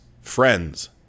friends